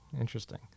interesting